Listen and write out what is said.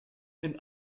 and